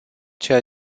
ceea